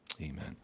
Amen